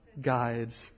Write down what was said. guides